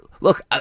Look